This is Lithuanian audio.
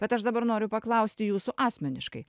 bet aš dabar noriu paklausti jūsų asmeniškai